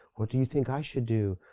what do you think i should do?